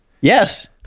Yes